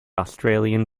australian